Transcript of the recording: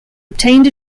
obtained